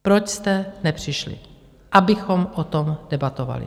Proč jste nepřišli, abychom o tom debatovali?